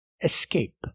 escape